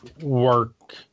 work